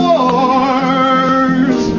Wars